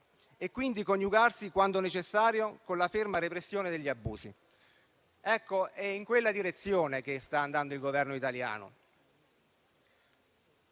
e quindi coniugarsi, quando necessario, con la ferma repressione degli abusi. Ecco, è in quella direzione che sta andando il Governo italiano